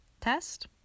test